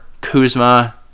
Kuzma